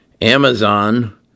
Amazon